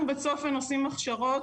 אנחנו בצופן עושים הכשרות,